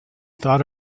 thought